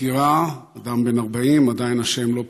דקירה, אדם בן 40, עדיין השם לא פורסם.